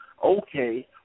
okay